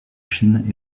chine